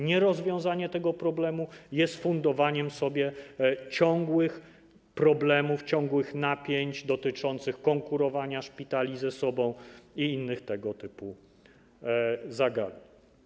Nierozwiązanie tego problemu jest fundowaniem sobie ciągłych problemów, ciągłych napięć dotyczących konkurowania szpitali ze sobą i innych tego typu zagadnień.